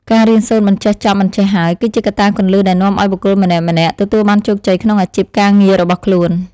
ការរៀនសូត្រមិនចេះចប់មិនចេះហើយ គឺជាកត្តាគន្លឹះដែលនាំឱ្យបុគ្គលម្នាក់ៗទទួលបានជោគជ័យក្នុងអាជីពការងាររបស់ខ្លួន។